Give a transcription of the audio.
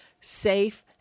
safe